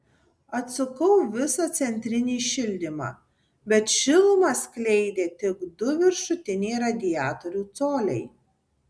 atsukau visą centrinį šildymą bet šilumą skleidė tik du viršutiniai radiatorių coliai